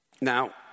Now